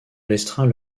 restreint